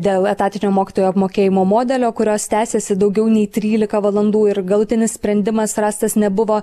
dėl etatinio mokytojų apmokėjimo modelio kurios tęsėsi daugiau nei trylika valandų ir galutinis sprendimas rastas nebuvo